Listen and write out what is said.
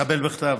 תקבל בכתב.